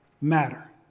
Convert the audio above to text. matter